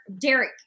Derek